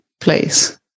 place